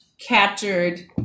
captured